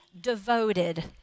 devoted